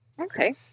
Okay